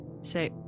say